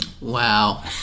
Wow